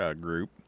Group